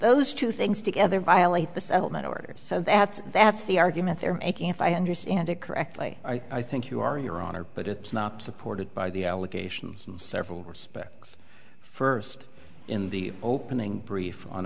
those two things together violate the settlement orders so that's that's the argument they're making if i understand it correctly i think you are your honor but it's not supported by the allegations in several respects first in the opening brief on